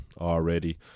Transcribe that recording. already